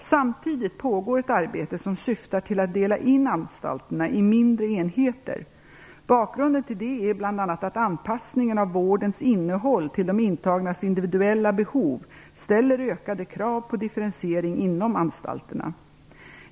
Samtidigt pågår ett arbete som syftar till att dela in anstalterna i mindre enheter. Bakgrunden till detta är bl.a. att anpassningen av vårdens innehåll till de intagnas individuella behov ställer ökade krav på differentiering inom anstalterna.